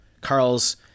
Carl's